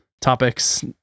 topics